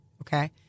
okay